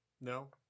No